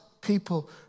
people